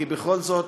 כי בכל זאת,